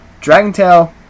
Dragontail